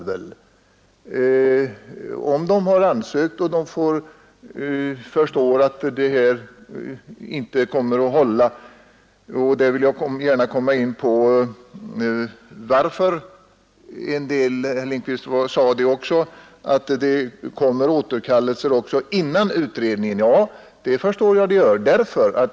Om Nr 138 de lämnat in en ansökan och senare förstår att den inte kommer att = Fredagen den bifallas, har de ingenting annat att göra. Herr Lindkvist sade att många 3 december 1971 återkallar sin ansökan redan innan utredningen är gjord. Jag förstår att så ———— sker. Varför?